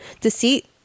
deceit